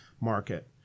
market